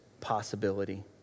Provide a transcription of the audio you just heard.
possibility